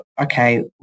Okay